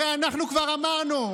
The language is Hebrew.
הרי אנחנו כבר אמרנו,